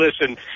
listen